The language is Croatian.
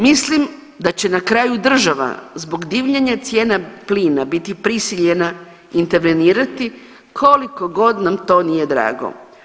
Mislim da će na kraju država zbog divljanja cijena plina biti prisiljena intervenirati koliko god nam to nije drago.